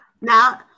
Now